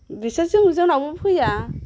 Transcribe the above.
बिसोर जों जोंनावबो फैया